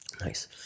Nice